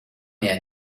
mehr